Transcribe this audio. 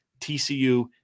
TCU